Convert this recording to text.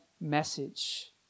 message